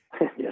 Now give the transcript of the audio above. Yes